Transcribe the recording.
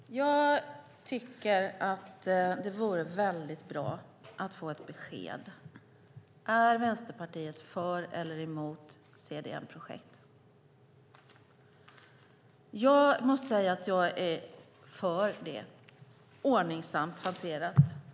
Fru talman! Jag tycker att det vore väldigt bra att få ett besked: Är Vänsterpartiet för eller emot CDM-projekt? Jag måste säga att jag är för CDM-projekt, ordningsamt hanterat.